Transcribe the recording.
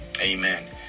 Amen